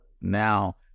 now